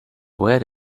where